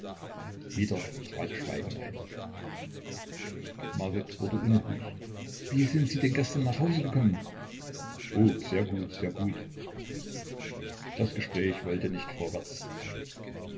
wieder trat schweigen ein marit wurde unruhig wie sind sie denn gestern nach hause gekommen oh sehr gut sehr gut das gespräch wollte nicht vorwärts